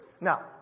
Now